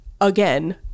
again